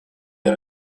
les